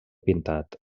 pintat